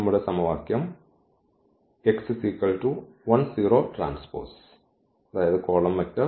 നമ്മുടെ സമവാക്യം x 1 0T